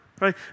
right